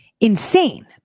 insane